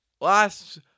last